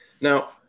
Now